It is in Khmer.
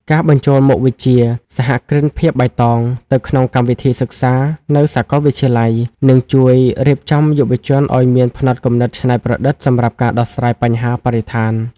ការបញ្ចូលមុខវិជ្ជា "សហគ្រិនភាពបៃតង" ទៅក្នុងកម្មវិធីសិក្សានៅសកលវិទ្យាល័យ នឹងជួយរៀបចំយុវជនឱ្យមានផ្នត់គំនិតច្នៃប្រឌិតសម្រាប់ការដោះស្រាយបញ្ហាបរិស្ថាន។